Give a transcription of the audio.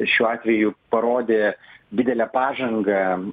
šiuo atveju parodė didelę pažangą